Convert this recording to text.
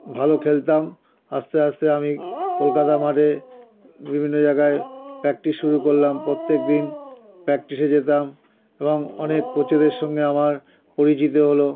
ভালো খেলতাম আস্তে আস্তে আমি কলকাতা মাঠে বিভিন্ন জাগায় প্র্যাক্টিস শুরু করলাম প্রত্যেক দিন প্র্যাক্টিসে যেতাম এবং অনেক কোচেদের সঙ্গে আমার পরিচিতি হল